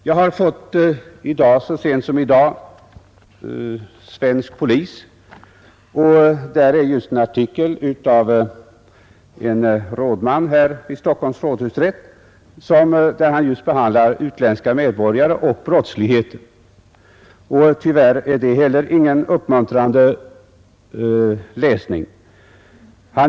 Jag har i dag fått ett nummer av tidskriften Svensk Polis, och där finns det en artikel om utländska medborgare och brottslighet, skriven av en rådman vid Stockholms rådhusrätt. Inte heller den är tyvärr någon uppmuntrande läsning.